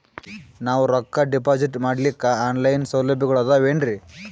ನಾವು ರೊಕ್ಕನಾ ಡಿಪಾಜಿಟ್ ಮಾಡ್ಲಿಕ್ಕ ಆನ್ ಲೈನ್ ಸೌಲಭ್ಯಗಳು ಆದಾವೇನ್ರಿ?